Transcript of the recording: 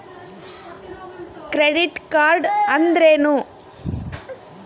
Credit card ಅಂದ್ರೇನು?